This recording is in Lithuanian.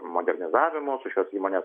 modernizavimu su šios įmonės